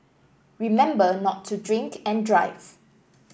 remember not to drink and drive